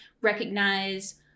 recognize